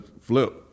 flip